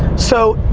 so,